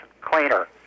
cleaner